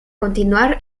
continuar